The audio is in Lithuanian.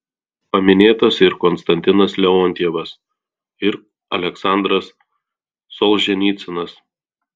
paminėtas ir konstantinas leontjevas ir aleksandras solženicynas